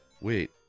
wait